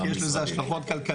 למה, כי יש לזה השלכות כלכליות?